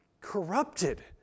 corrupted